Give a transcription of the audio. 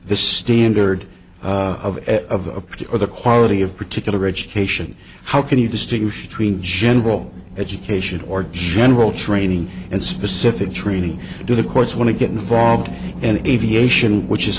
the standard of of or the quality of particular education how can you distinguish between general education or general training and specific training do the courts want to get involved in aviation which is